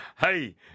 Hey